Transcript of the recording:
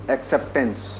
Acceptance